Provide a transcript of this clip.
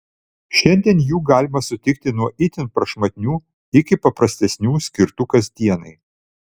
šiandien jų galima sutikti nuo itin prašmatnių iki paprastesnių skirtų kasdienai